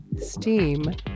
Steam